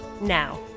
Now